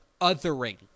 othering